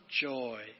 joy